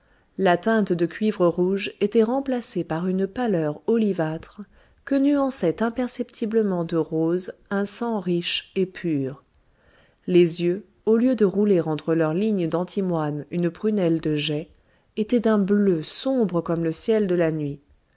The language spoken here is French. la teinte de cuivre rouge était remplacée par une pâleur olivâtre que nuançait imperceptiblement de rose un sang riche et pur les yeux au lieu de rouler entre leurs lignes d'antimoine une prunelle de jais étaient d'un bleu sombre comme le ciel de la nuit